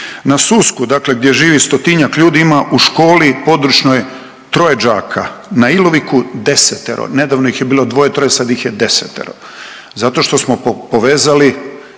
Na Susku, dakle gdje živi stotinjak ljudi ima u školi područnoj troje đaka. Na Iloviku desetero. Nedavno ih je bilo dvoje, troje, sad ih je desetero. Zato što smo povezali